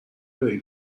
داری